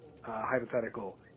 hypothetical